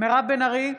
מירב בן ארי,